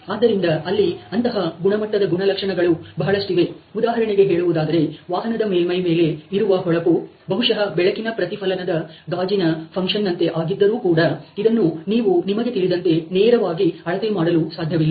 ಆದ್ದರಿಂದ ಅಲ್ಲಿ ಅಂತಹ ಗುಣಮಟ್ಟದ ಗುಣಲಕ್ಷಣಗಳು ಬಹಳಷ್ಟಿವೆ ಉದಾಹರಣೆಗೆ ಹೇಳುವುದಾದರೆ ವಾಹನದ ಮೇಲ್ಮೈ ಮೇಲೆ ಇರುವ ಹೊಳಪು ಬಹುಶಃ ಬೆಳಕಿನ ಪ್ರತಿಫಲನದ ಗಾಜಿನ ಫನ್ಕ್ಷನ್ ನಂತೆ ಆಗಿದ್ದರು ಕೂಡ ಇದನ್ನು ನೀವು ನಿಮಗೆ ತಿಳಿದಂತೆ ನೇರವಾಗಿ ಅಳತೆ ಮಾಡಲು ಸಾಧ್ಯವಿಲ್ಲ